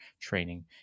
training